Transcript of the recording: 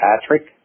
Patrick